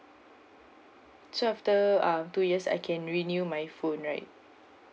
so after uh two years I can renew my phone right